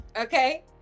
Okay